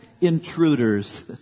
intruders